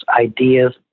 ideas